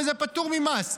וזה פטור ממס.